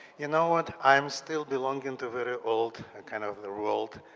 you know what? i am still belonging two very old kind of the world.